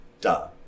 Duh